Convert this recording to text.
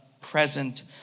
present